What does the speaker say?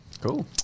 Cool